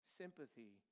sympathy